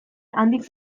handik